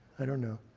i don't know